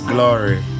Glory